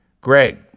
Greg